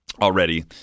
already